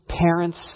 parents